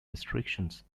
restrictions